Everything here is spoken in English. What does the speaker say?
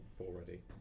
already